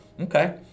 okay